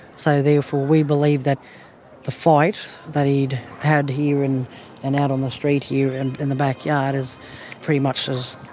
so therefore we believe that the fight that he'd had here in and out on the street here and in the backyard is pretty much as